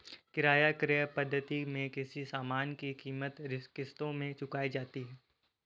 किराया क्रय पद्धति में किसी सामान की कीमत किश्तों में चुकाई जाती है